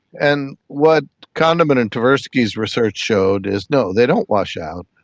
and what kahneman and tversky's research showed is, no, they don't wash out,